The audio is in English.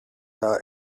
the